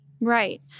Right